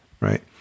right